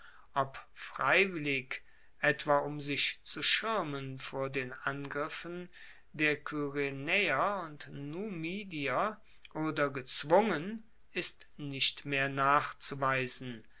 ob freiwillig etwa um sich zu schirmen vor den angriffen der kyrenaeer und numidier oder gezwungen ist nicht mehr nachzuweisen